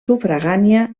sufragània